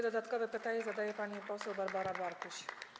Dodatkowe pytania zadaje pani poseł Barbara Bartuś.